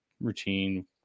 routine